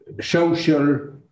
social